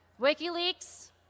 WikiLeaks